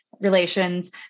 relations